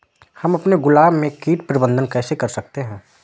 हम अपने गुलाब में कीट प्रबंधन कैसे कर सकते है?